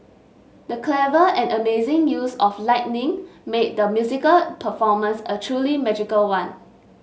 the clever and amazing use of lightning made the musical performance a truly magical one